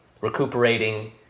recuperating